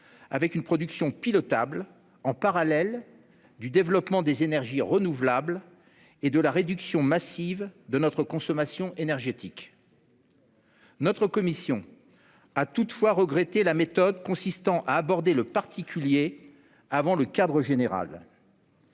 à une production pilotable, en parallèle du développement des énergies renouvelables et de la réduction massive de notre consommation énergétique. Notre commission a toutefois regretté la méthode consistant à aborder le particulier avant le cadre général